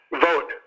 vote